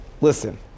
Listen